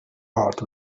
heart